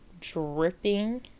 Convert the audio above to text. dripping